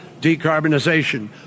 decarbonization